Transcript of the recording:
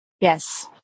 Yes